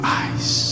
eyes